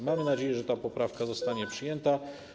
Mamy nadzieję, że ta poprawka zostanie przyjęta.